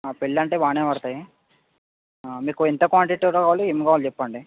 పెళ్ళంటే బాగానే పడతాయి మీకు ఎంత క్వాంటిటీ కావాలి ఏం కావాలి చెప్పండి